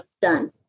Done